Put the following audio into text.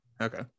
Okay